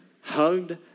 hugged